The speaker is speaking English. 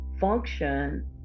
function